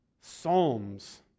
psalms